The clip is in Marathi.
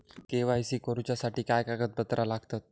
के.वाय.सी करूच्यासाठी काय कागदपत्रा लागतत?